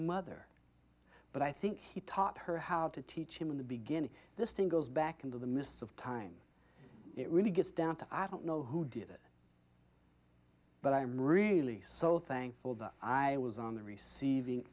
mother but i think he taught her how to teach him in the beginning this thing goes back into the mists of time it really gets down to i don't know who did it but i really so thankful that i was on the receiving